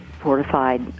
fortified